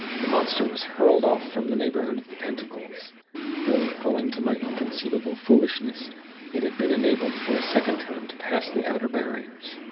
the monster was hurled off from the neighborhood of the pentacles though owing to my inconceivable foolishness it had been enabled for a second time to pass the outer barriers.